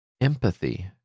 empathy